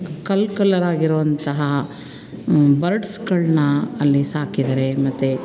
ಕಲ್ ಕಲರ್ ಆಗಿರುವಂತಹ ಬರ್ಡ್ಸ್ಗಳನ್ನ ಅಲ್ಲಿ ಸಾಕಿದ್ದಾರೆ ಮತ್ತು